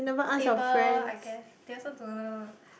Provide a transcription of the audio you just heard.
table I guess they also don't know